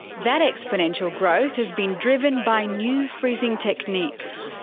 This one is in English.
that exponential growth has been driven by new freezing techniques.